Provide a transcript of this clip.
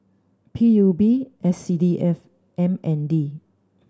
P U B S C D F M N D